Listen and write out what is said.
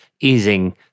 easing